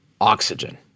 oxygen